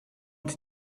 want